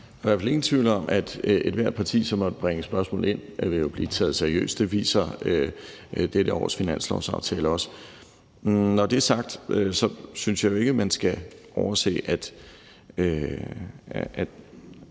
Der er i hvert fald ingen tvivl om, at ethvert parti, som måtte bringe spørgsmålet op, vil blive tage seriøst – det viser dette års finanslovsaftale også. Når det er sagt, synes jeg jo ikke, når nu hr.